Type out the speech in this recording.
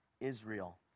Israel